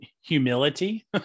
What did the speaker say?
humility